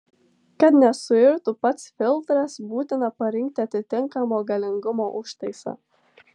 kad nesuirtų pats filtras būtina parinkti atitinkamo galingumo užtaisą